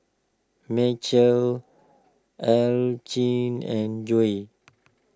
Macel Archie and Joe